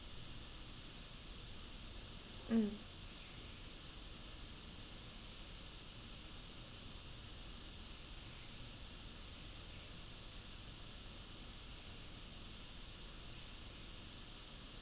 mm